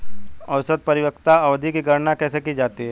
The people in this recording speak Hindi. औसत परिपक्वता अवधि की गणना कैसे की जाती है?